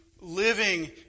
living